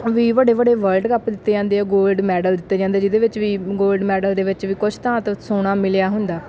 ਵੀ ਵੱਡੇ ਵੱਡੇ world cup ਦਿੱਤੇ ਜਾਂਦੇ ਆ ਗੋਲਡ ਮੈਡਲ ਦਿੱਤੇ ਜਾਂਦੇ ਜਿਹਦੇ ਵਿੱਚ ਵੀ ਗੋਲਡ ਮੈਡਲ ਦੇ ਵਿੱਚ ਵੀ ਕੁਛ ਧਾਤ ਸੋਨਾ ਮਿਲਿਆ ਹੁੰਦਾ